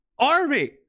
army